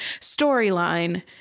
storyline